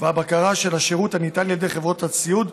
והבקרה של השירות הניתן על ידי חברות הסיעוד,